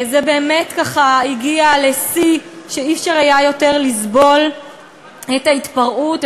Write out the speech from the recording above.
זה באמת הגיע לשיא שלא היה אפשר יותר לסבול את ההתפרעות,